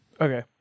Okay